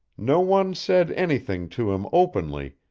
no one said anything to him openly,